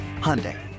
Hyundai